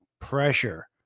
pressure